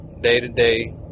day-to-day